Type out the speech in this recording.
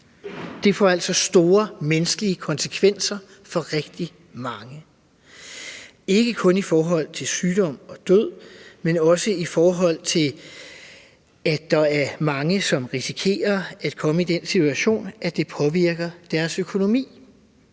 Det får altså store menneskelige konsekvenser for rigtig mange. Det er ikke kun i forhold til sygdom og død, men også i forhold til at der er mange, der risikerer at komme i den situation, at det påvirker deres økonomi.